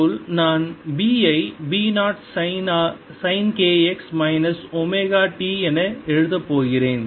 EE0sin 2πx 2πνt E0sin kx ωt k2π and ω2πν இதேபோல் நான் B ஐ B 0 சைனாக k x minus omega t என எழுதப் போகிறேன்